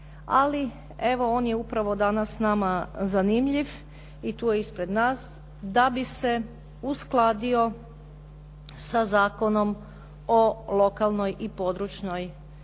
Ali evo on je upravo danas nama zanimljiv i tu je ispred nas da bi se uskladio sa Zakonom o lokalnoj i područnoj